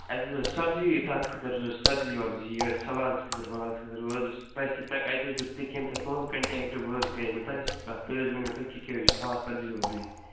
اَسہِ حَظ ٲس سبزی تتھ خٲظرٕ ضروٗرت سبزی وبزی سلادس خٲطرٕ ولادس خٲطرٕ وۅنۍ حظ اوس تۅہہِ اَسہِ حظ دیُت بیٚیہِ کٔمۍ تانۍ تہُنٛد کنٹیکٹ وۅنۍ حَظ کرے مےٚ تۅہے سۭتۍ کتھ تُہۍ حَظ ؤنِو تۅہہِ کیٛاہ کیٛاہ چھِ خاص سبزی وبزی